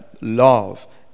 love